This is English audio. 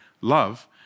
love